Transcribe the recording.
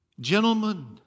Gentlemen